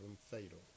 fatal